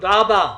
תודה רבה.